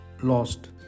lost